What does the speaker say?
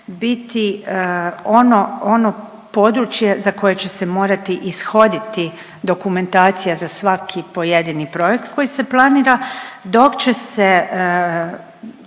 ono, ono područje za koje će se morati ishoditi dokumentacija za svaki pojedini projekt koji se planira dok će se